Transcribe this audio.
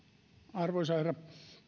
arvoisa herra